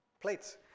plates